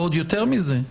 ועוד יותר מזה,